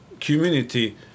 community